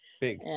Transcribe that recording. Big